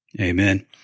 Amen